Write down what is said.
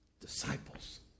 Disciples